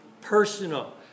personal